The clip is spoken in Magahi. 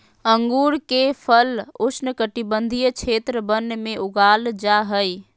अंगूर के फल उष्णकटिबंधीय क्षेत्र वन में उगाबल जा हइ